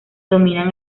dominan